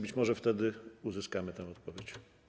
Być może wtedy uzyskamy odpowiedź.